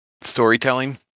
storytelling